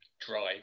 drive